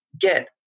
get